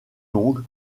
longue